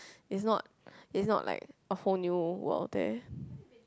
it's not it's not like a whole new world there